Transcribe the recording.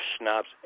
schnapps